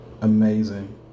Amazing